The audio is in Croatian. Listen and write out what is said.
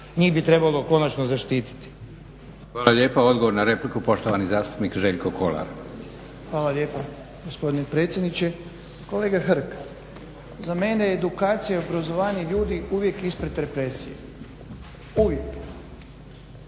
Njih bi trebalo konačno zaštiti. **Leko, Josip (SDP)** Hvala lijepa. Odgovor na repliku poštovani zastupnik Željko Kolar. **Kolar, Željko (SDP)** Hvala lijepo gospodine predsjedniče. Kolega Hrg, za mene je edukacija i obrazovanje ljudi uvijek ispred represije, uvijek.